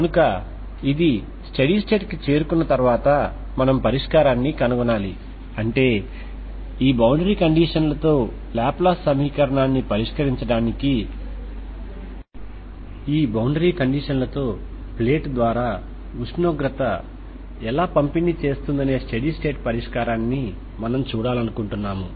కనుక ఇది steady state కి చేరుకున్న తర్వాత మనము పరిష్కారాన్ని కనుగొనాలి అంటే ఈ బౌండరీ కండిషన్ లతో లాప్లాస్ సమీకరణాన్ని పరిష్కరించడానికి ఈ బౌండరీ కండిషన్లతో ప్లేట్ ద్వారా ఉష్ణోగ్రత ఎలా పంపిణీ చేస్తుందనే స్టెడీ స్టేట్ పరిష్కారాన్ని మనం చూడాలనుకుంటున్నాము